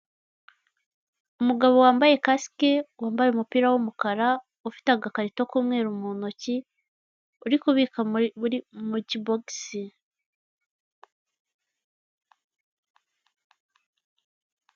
Umugabo wambaye kasike, wampaye umupira w'umukara, ufite agakarito k'umweru mu ntoki, uri kubika muri muri mu kibokisi.